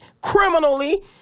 criminally